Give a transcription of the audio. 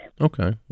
Okay